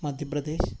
Madhya Pradesh